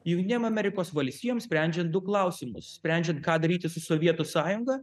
jungtinėm amerikos valstijom sprendžiant du klausimus sprendžiant ką daryti su sovietų sąjunga